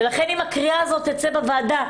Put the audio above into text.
ולכן אם הקריאה הזאת תצא מהוועדה,